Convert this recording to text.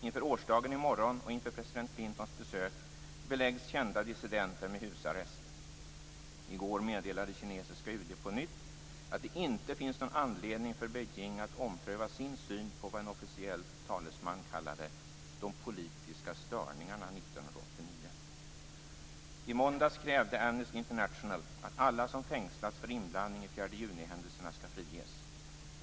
Inför årsdagen i morgon och inför president Clintons besök beläggs kända dissidenter med husarrest. I går meddelade kinesiska UD på nytt att det inte finns någon anledning för Beijing att ompröva sin syn på vad en officiell talesman kallade "de politiska störningarna 1989". I måndags krävde Amnesty International att alla som fängslats för inblandning i händelserna den 4 juni skall friges.